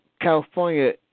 California